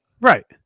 Right